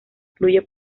fluye